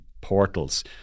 portals